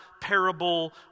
parable